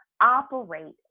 operate